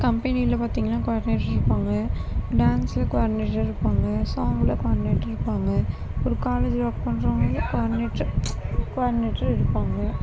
கம்பெனியில் பார்த்திங்கன்னா குவாடினேட்டர் இருப்பாங்க டான்ஸில் குவாடினேட்டர் இருப்பாங்க சாங்கில் குவாடினேட்டர் இருப்பாங்க ஒரு காலேஜில் ஒர்க் பண்றவங்களில் குவாடினேட்டர் குவாடினேட்டரு இருப்பாங்க